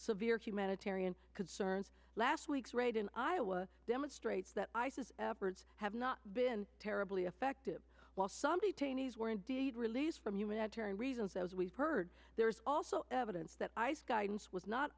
severe humanitarian concerns last week's raid in iowa demonstrates that isis efforts have not been terribly effective while some detainees were indeed released from humanitarian reasons as we've heard there's also evidence that ice guidance was not